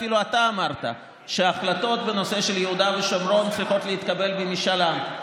אפילו אתה אמרת שהחלטות בנושא של יהודה ושומרון צריכות להתקבל במשאל עם,